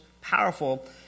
powerful